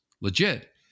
legit